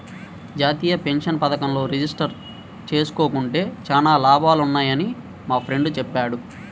జాతీయ పెన్షన్ పథకంలో రిజిస్టర్ జేసుకుంటే చానా లాభాలున్నయ్యని మా ఫ్రెండు చెప్పాడు